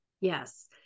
Yes